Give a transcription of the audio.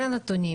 על הנתונים.